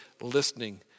listening